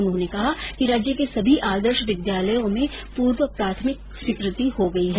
उन्होंने कहा कि राज्य के सभी आदर्श विद्यालयों में पूर्व प्राथमिक स्वीकृत हो गयी है